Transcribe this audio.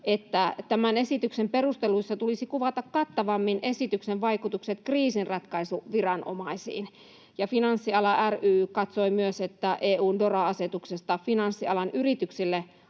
että tämän esityksen perusteluissa tulisi kuvata kattavammin esityksen vaikutukset kriisinratkaisuviranomaisiin. Finanssiala ry katsoi myös, että EU:n DORA-asetuksesta finanssialan yrityksille